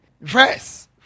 Verse